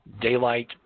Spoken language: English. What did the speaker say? daylight –